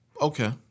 Okay